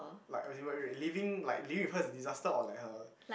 like as in wait wait living like living with her is a disaster or like her